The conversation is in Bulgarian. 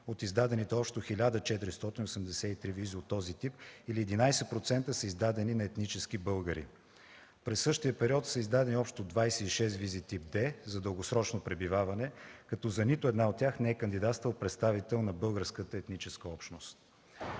от издадените общо 1483 визи от този тип или 11% са издадени на етнически българи. През същия период са издадени общо 26 визи тип „Д” – за дългосрочно пребиваване, като за нито една от тях не е кандидатствал представител на българската етническа общност.